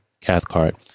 Cathcart